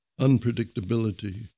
unpredictability